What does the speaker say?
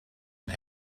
and